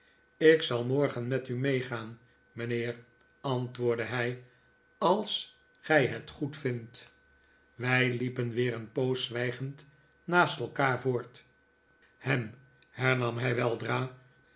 ik zal morgen met u meegaan mijnheer antwoordde hij als gij het goedvindt wij liepen weer een poos zwijgend naast elkaar voort ham hernam hij weldra